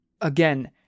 again